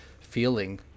feeling